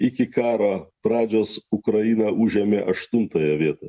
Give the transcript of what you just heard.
iki karo pradžios ukraina užėmė aštuntąją vietą